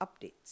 updates